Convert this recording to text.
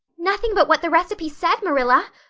nothing but what the recipe said, marilla,